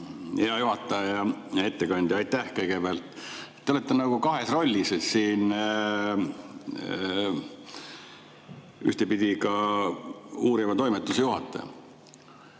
Hea juhataja! Hea ettekandja! Aitäh kõigepealt! Te olete nagu kahes rollis siin, ühtepidi ka uuriva toimetuse juhataja